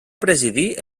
presidir